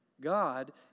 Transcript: God